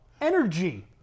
energy